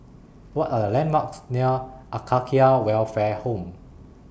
What Are The landmarks near Acacia Welfare Home